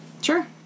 Sure